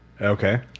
Okay